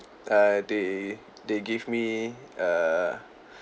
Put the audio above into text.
uh they they gave me err